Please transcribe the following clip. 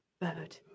bird